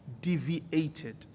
Deviated